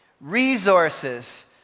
resources